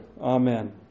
amen